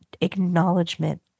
acknowledgement